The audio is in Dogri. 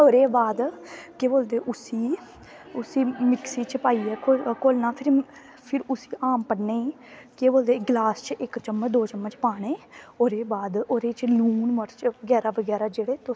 ओह्दे बाद केह् बोलदे उसी मिप्सी च पाईयै घोलना फिर उसी आमपन्ने गी केह् बोलदे गलास बिच्च इक चम्मच दो चम्मच बनाने ओह्ॅदे बाद ओह्ॅदे च लून मर्च बगैरा बगैरा